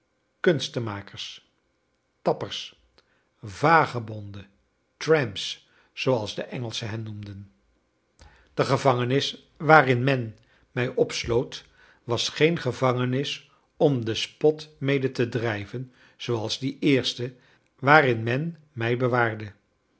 kunstenmakers tappers vagebonden tramps zooals de engelschen hen noemen de gevangenis waarin men mij opsloot was geen gevangenis om den spot mede te drijven zooals die eerste waarin men mij bewaarde